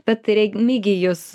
bet remigijus